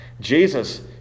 Jesus